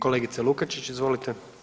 Kolegice Lukačić, izvolite.